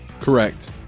Correct